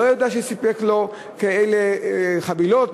לא יודע שסיפקו לו כאלה חבילות,